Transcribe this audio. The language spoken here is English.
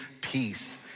peace